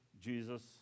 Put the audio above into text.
Jesus